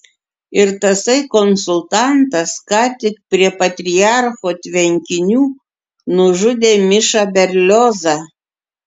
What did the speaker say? ir tasai konsultantas ką tik prie patriarcho tvenkinių nužudė mišą berliozą